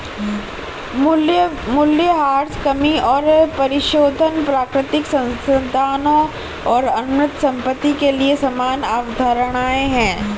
मूल्यह्रास कमी और परिशोधन प्राकृतिक संसाधनों और अमूर्त संपत्ति के लिए समान अवधारणाएं हैं